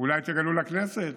אולי תגלו לכנסת